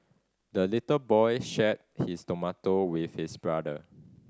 the little boy shared his tomato with his brother